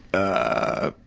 a